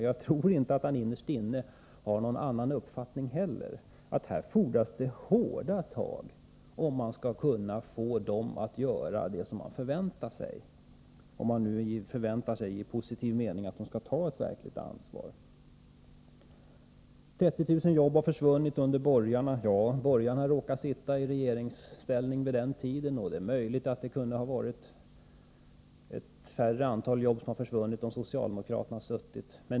Jag tror att inte heller han innerst inne har någon annan uppfattning än att det fordras hårda tag för att få ägarna att göra det som man förväntar sig, förutsatt att man i positiv mening förväntar sig att de skall ta ett verkligt ansvar. 30000 jobb har försvunnit under den borgerliga regeringstiden. Ja, borgarna råkade sitta i regeringsställning vid den här tiden, och det är möjligt att ett mindre antal jobb skulle ha försvunnit, om socialdemokraterna då hade haft regeringsmakten.